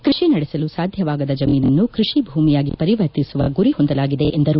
ಕೃಷಿ ನಡೆಸಲು ಸಾಧ್ಯವಾಗದ ಜಮೀನನ್ನು ಕೃಷಿ ಭೂಮಿಯಾಗಿ ಪರಿವರ್ತಿಸುವ ಗುರಿ ಹೊಂದಲಾಗಿದೆ ಎಂದರು